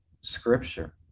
scripture